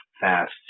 fast